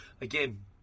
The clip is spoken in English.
again